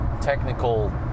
technical